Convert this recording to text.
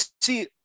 see